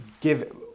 give